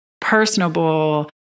personable